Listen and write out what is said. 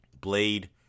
Blade